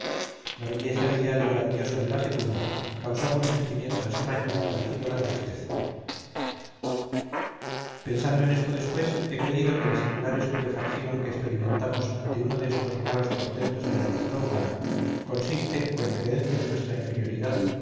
la belleza ideal y grandiosa de la segunda causaba un sentimiento extraño parecido a la tristeza pensando en esto después he creído que la singular estupefacción que experimentamos ante uno de estos raros portentos de la hermosura humana consiste o en creencia de nuestra inferioridad